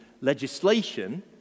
legislation